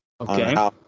Okay